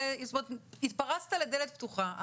התפרצת לדלת פתוחה.